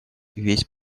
весь